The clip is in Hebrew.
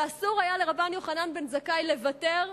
ואסור היה לרבן יוחנן בן זכאי לוותר,